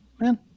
Man